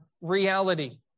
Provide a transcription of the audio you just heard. reality